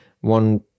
one